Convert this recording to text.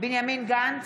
בנימין גנץ,